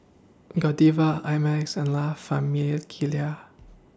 Godiva I Max and La Famiglia